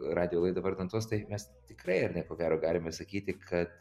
radijo laidą vardan tos tai mes tikrai ar ne ko gero galim ir sakyti kad